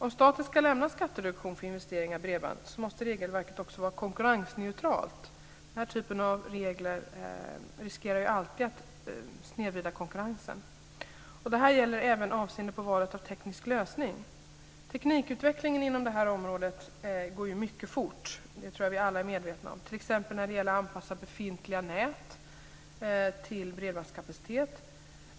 Om staten ska lämna skattereduktion för investeringar i bredband måste regelverket också vara konkurrensneutralt. Den här typen av regler riskerar ju alltid att snedvrida konkurrensen. Detta gäller även avseende valet av teknisk lösning. Teknikutvecklingen inom detta område går mycket fort, vilket jag tror att vi alla är medvetna om - t.ex. när det gäller att anpassa befintliga nät till bredbandskapacitet.